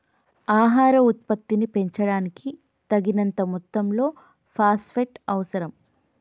ఆహార ఉత్పత్తిని పెంచడానికి, తగినంత మొత్తంలో ఫాస్ఫేట్ అవసరం